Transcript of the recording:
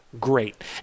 great